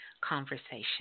conversation